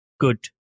good